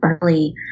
early